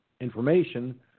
information